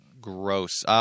Gross